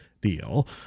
deal